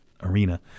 arena